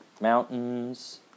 mountains